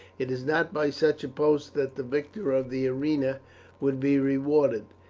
it is not by such a post that the victor of the arena would be rewarded.